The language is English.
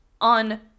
on